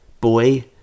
Boy